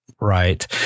Right